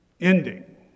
ending